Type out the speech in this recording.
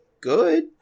good